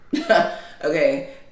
okay